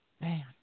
Man